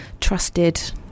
trusted